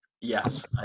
Yes